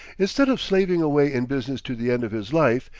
instead of slaving away in business to the end of his life,